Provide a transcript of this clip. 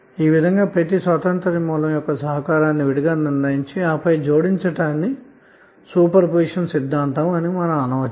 ఈ విధంగా ప్రతి స్వతంత్రమైన సోర్స్ యొక్క సహకారాన్ని విడిగా నిర్ణయించి జోడించటాన్నే సూపర్ పొజిషన్ సిద్ధాంతం అని చెప్పవచ్చు